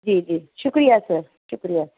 جی جی شکریہ سر شکریہ